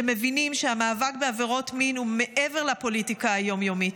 שמבינים שהמאבק בעבירות מין הוא מעבר לפוליטיקה היום-יומית.